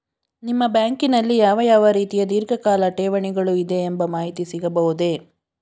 ನಿಮ್ಮ ಬ್ಯಾಂಕಿನಲ್ಲಿ ಯಾವ ಯಾವ ರೀತಿಯ ಧೀರ್ಘಕಾಲ ಠೇವಣಿಗಳು ಇದೆ ಎಂಬ ಮಾಹಿತಿ ಸಿಗಬಹುದೇ?